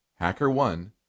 HackerOne